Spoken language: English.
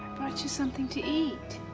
brought you something to eat.